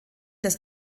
des